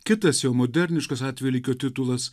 kitas jau moderniškas atvelykio titulas